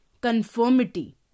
conformity